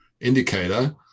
indicator